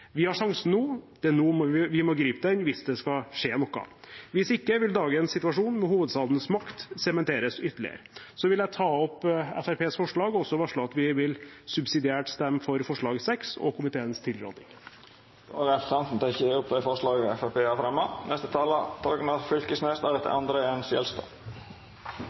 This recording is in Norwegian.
Vi har sjansen nå, det er nå vi må gripe den hvis det skal skje noe. Hvis ikke vil dagens situasjon med hovedstadens makt sementeres ytterligere. Så vil jeg ta opp Fremskrittspartiets forslag og varsle at vi subsidiært vil stemme for forslag nr. 6 og komiteens tilråding. Då har representanten Sivert Bjørnstad teke opp